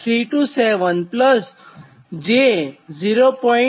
0327 j 0